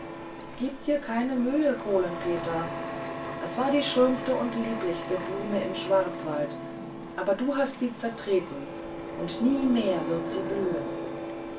gib dir keine mühe kohlen peter es war die schönste und lieblichste blume im schwarzwald aber du hast sie zertreten und nie mehr wird sie wieder blühen